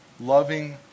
loving